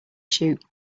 shoot